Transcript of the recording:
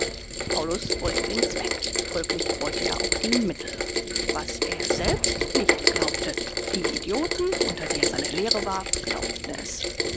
paulus wollte den zweck folglich wollte er auch die mittel was er selbst nicht glaubte die idioten unter die er seine lehre warf glaubten es